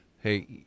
hey